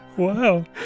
Wow